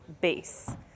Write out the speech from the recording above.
base